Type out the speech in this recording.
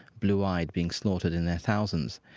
blue-eyed, being slaughtered in their thousands.